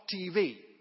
TV